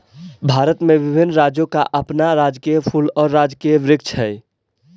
भारत में विभिन्न राज्यों का अपना राजकीय फूल और राजकीय वृक्ष हई